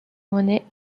monnaies